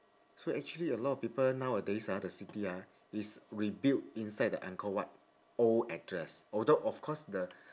so actually a lot of people nowadays ah the city ah is rebuilt inside the angkor wat old address although of course the